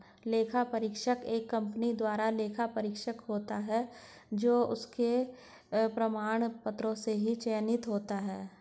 लेखा परीक्षक एक कंपनी द्वारा लेखा परीक्षक होता है जो उसके प्रमाण पत्रों से चयनित होता है